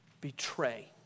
betray